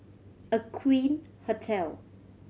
Aqueen Hotel